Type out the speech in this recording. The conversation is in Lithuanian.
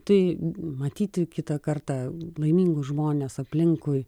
tai matyti kitą kartą laimingus žmones aplinkui